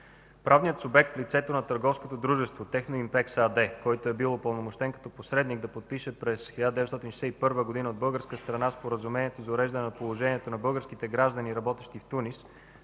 Правният субект в лицето на търговското дружество „Техноимпекс” АД, който е бил упълномощен като посредник да подпише през 1961 г. от българска страна Споразумението за уреждане на положението на българските граждани, работещи в Тунис,